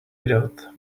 without